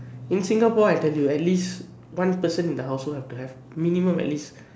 in Singapore I tell you at least one person in the household have to have minimum at least